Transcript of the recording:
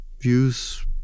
views